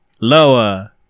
Lower